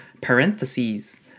parentheses